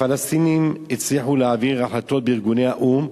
הפלסטינים הצליחו להעביר החלטות בארגוני האו"ם,